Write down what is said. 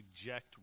reject